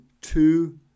two